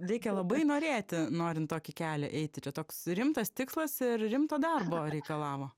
reikia labai norėti norint tokį kelią eiti čia toks rimtas tikslas ir rimto darbo reikalavo